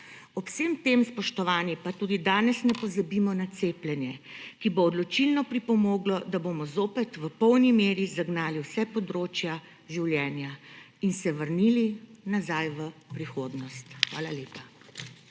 Ob vsem tem, spoštovani, pa tudi danes ne pozabimo na cepljenje, ki bo odločilno pripomoglo, da bomo zopet v polni meri zagnali vsa področja življenja in se vrnili nazaj v prihodnost. Hvala lepa.